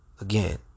Again